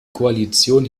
koalition